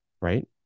right